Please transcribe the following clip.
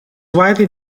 widely